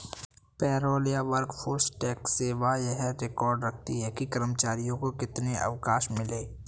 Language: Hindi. पेरोल या वर्कफोर्स टैक्स सेवा यह रिकॉर्ड रखती है कि कर्मचारियों को कितने अवकाश मिले